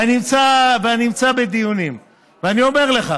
ואני נמצא בדיונים, ואני אומר לך,